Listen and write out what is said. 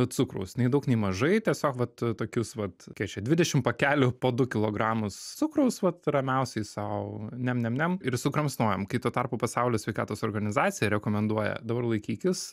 cukraus nei daug nei mažai tiesiog vat tokius vat kiek čia dvidešimt pakelių po du kilogramus cukraus vat ramiausiai sau niam niam niam ir sukramsnojam kai tuo tarpu pasaulio sveikatos organizacija rekomenduoja dabar laikykis